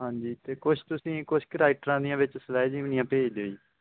ਹਾਂਜੀ ਅਤੇ ਕੁਛ ਤੁਸੀਂ ਕੁਛ ਕੁ ਰਾਈਟਰਾਂ ਦੀਆਂ ਵਿੱਚ ਸਵੈ ਜੀਵਨੀਆਂ ਭੇਜ ਦਿਓ ਜੀ